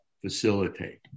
facilitate